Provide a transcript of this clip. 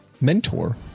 mentor